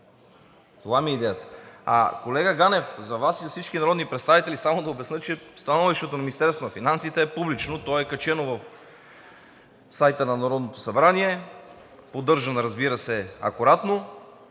Това ми е идеята. Колега Ганев, за Вас и за всички народни представители само да обясня, че становището на Министерството на финансите е публично. То е качено в сайта на Народното събрание, поддържан е, разбира се, акуратно